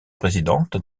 présidente